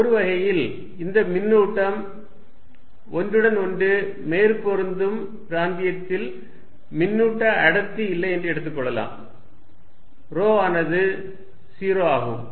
ஒரு வகையில் இந்த மின்னோட்டம் ஒன்றுடன் ஒன்று மேற்பொருந்தும் பிராந்தியத்தில் மின்னூட்ட அடர்த்தி இல்லை என்று எடுத்துக்கொள்ளலாம் ρ ஆனது 0 ஆகும்